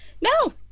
No